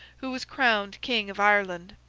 who was crowned king of ireland.